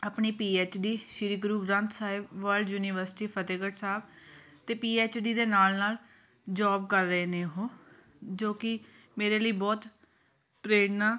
ਆਪਣੀ P H D Shri Guru Granth Sahib World University Fatehgarh Sahib ਅਤੇ P H D ਦੇ ਨਾਲ ਨਾਲ ਜੋਬ ਕਰ ਰਹੇ ਨੇ ਉਹ ਜੋ ਕਿ ਮੇਰੇ ਲਈ ਬਹੁਤ ਪ੍ਰੇਰਣਾ